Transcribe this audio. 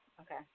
Okay